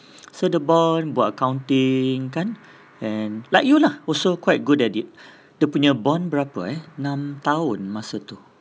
serve the bond buat accounting kan and like you lah also quite good at it dia punya bond berapa eh enam tahun masa tu